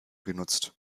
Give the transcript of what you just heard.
genutzt